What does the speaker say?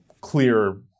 clear